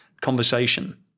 conversation